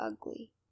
ugly